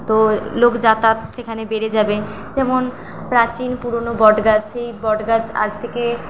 তো লোক যাতায়াত সেখানে বেড়ে যাবে যেমন প্রাচীন পুরোনো বটগাছ সেই বটগাছ আজ থেকে